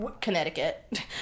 Connecticut